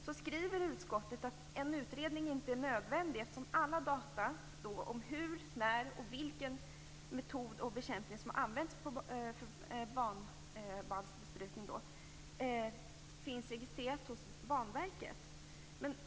Utskottet skriver där att en utredning inte är nödvändig, eftersom alla data om hur och när bekämpning har skett och vilken metod som har använts för banvallsbesprutning finns registrerat hos Banverket.